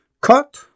Cut